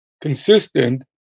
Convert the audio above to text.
consistent